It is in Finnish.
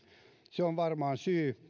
se on varmaan syy